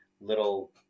little